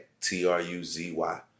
T-R-U-Z-Y